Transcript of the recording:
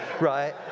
right